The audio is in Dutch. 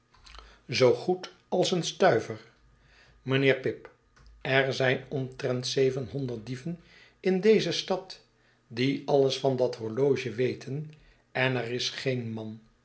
mijnheer pip er zijn omtrent zevenhonderd dieven in deze stad die alles van dat horloge weten en er is geen man